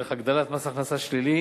דרך הגדלת מס הכנסה שלילי